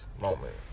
moment